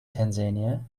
tanzania